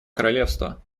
королевства